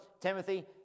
Timothy